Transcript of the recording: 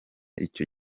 icyo